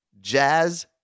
jazz